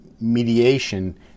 mediation